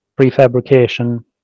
prefabrication